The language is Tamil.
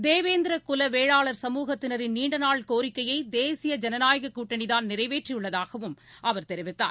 தேவேந்திரகுலவேளாளா் சமூகத்தினாின் நீண்டநாள் கோரிக்கையைதேசிய ஜனநாயககூட்டணிதான் நிறைவேற்றியுள்ளதாகவும் அவர் தெரிவித்தார்